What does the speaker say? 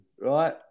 right